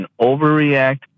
overreact